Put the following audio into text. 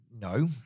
No